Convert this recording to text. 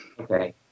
Okay